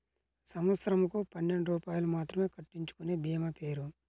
సంవత్సరంకు పన్నెండు రూపాయలు మాత్రమే కట్టించుకొనే భీమా పేరు?